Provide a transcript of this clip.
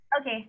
Okay